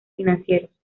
financieros